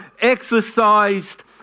exercised